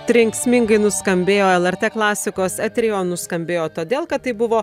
trenksmingai nuskambėjo lrt klasikos etery o nuskambėjo todėl kad tai buvo